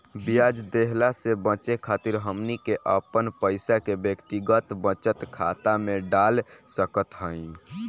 ब्याज देहला से बचे खातिर हमनी के अपन पईसा के व्यक्तिगत बचत खाता में डाल सकत हई